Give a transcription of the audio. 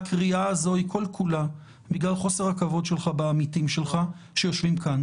הקריאה הזו היא כל כולה בגלל חוסר הכבוד שלך לעמיתים שלך שיושבים כאן.